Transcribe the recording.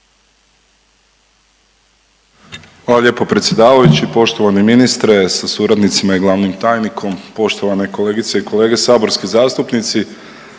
Hvala lijepo predsjedavajući. Poštovani ministre sa suradnicima i glavnim tajnikom, poštovane kolegice i kolege saborski zastupnici